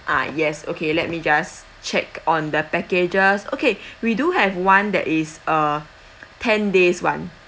ah yes okay let me just check on the packages okay we do have one that is a ten days [one]